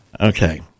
Okay